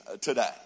today